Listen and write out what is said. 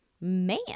man